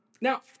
Now